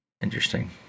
interesting